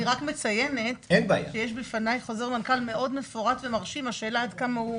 אני רק מציינת שיש בפני חוזר מנכ"ל מאוד מפורט ומרשים השאלה עד כמה הוא